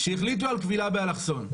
שהחליטו על כבילה באלכסון,